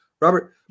Robert